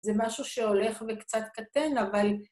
זה משהו שהולך וקצת קטן, אבל...